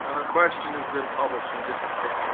um question is been published and disappear.